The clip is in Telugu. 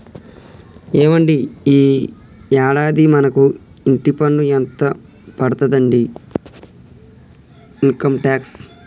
ఏవండి ఈ యాడాది మనకు ఇంటి పన్ను ఎంత పడతాదండి ఇన్కమ్ టాక్స్